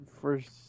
First